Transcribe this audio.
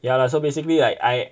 ya lah so basically like I